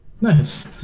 nice